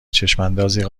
چشماندازی